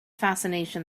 fascination